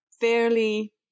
fairly